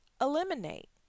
eliminate